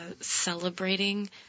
celebrating